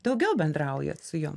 daugiau bendrauja su juom